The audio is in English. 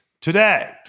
today